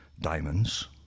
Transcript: Diamonds